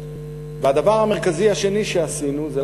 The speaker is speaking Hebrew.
והדבר המרכזי השני שעשינו זה,